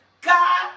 God